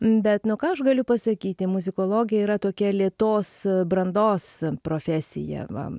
bet nu ką aš galiu pasakyti muzikologija yra tokia lėtos brandos profesija va